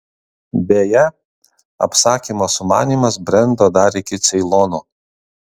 beje apsakymo sumanymas brendo dar iki ceilono